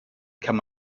kann